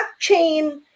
blockchain